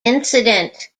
incident